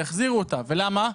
והחזירו אותה, למה?